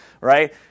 right